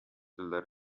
della